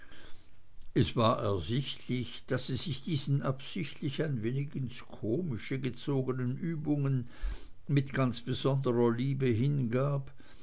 es war ersichtlich daß sie sich diesen absichtlich ein wenig ins komische gezogenen übungen mit ganz besonderer liebe hingab